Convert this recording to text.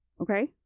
Okay